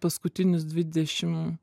paskutinius dvidešim